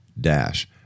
dash